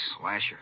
slasher